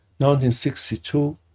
1962